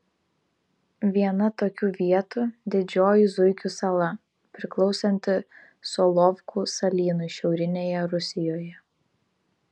viena tokių vietų didžioji zuikių sala priklausanti solovkų salynui šiaurinėje rusijoje